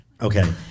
Okay